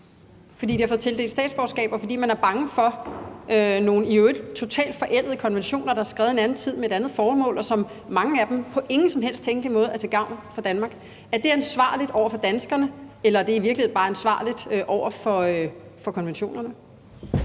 fordi de har fået tildelt statsborgerskab, og fordi man er bange for nogle i øvrigt totalt forældede konventioner, der er skrevet i en anden tid med et andet formål, og hvoraf mange af dem på ingen som helst tænkelig måde er til gavn for Danmark? Er det ansvarligt over for danskerne, eller det i virkeligheden bare ansvarligt over for konventionerne?